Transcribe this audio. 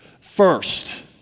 first